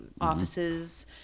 offices